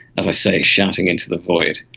as i say, shouting into the void,